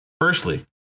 Firstly